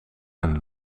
een